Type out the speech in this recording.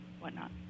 whatnot